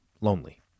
lonely